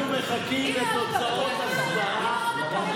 אנחנו מחכים לתוצאות הסברה.